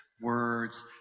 words